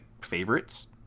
favorites